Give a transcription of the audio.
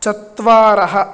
चत्वारः